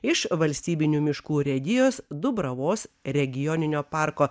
iš valstybinių miškų urėdijos dubravos regioninio parko